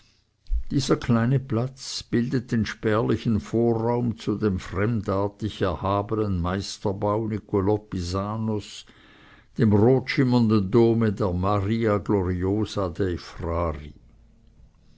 dieser kleine platz bildet den spärlichen vorraum zu dem fremdartig erhabenen meisterbau niccol pisanos dem rotschimmernden dome der maria gloriosa